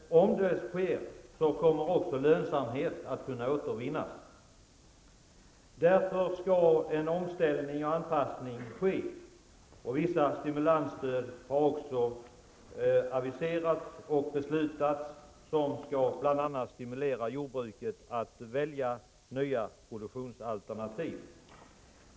Om det sker kommer också lönsamheten att återvinnas. Därför skall en omställning och en anpassning ske, och vissa stimulansstöd har också aviserats och beslutats. Bl.a. skall jordbruket stimuleras att välja nya produktionsalternativ.